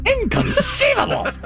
Inconceivable